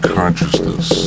Consciousness